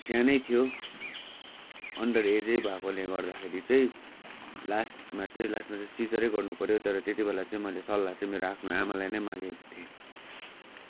सानै थियो अन्डर एजै भएकोले गर्दाखेरि चाहिँ लास्टमा चाहिँ लास्टमा चाहिँ सिजरै गर्नुपऱ्यो तर त्यति बेला चाहिँ मैले सल्लाह चाहिँ मेरो आफ्नो आमालाई नै मागेको थिएँ